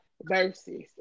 versus